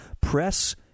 press